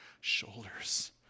shoulders